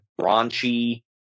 raunchy